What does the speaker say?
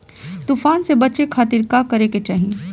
तूफान से बचे खातिर का करे के चाहीं?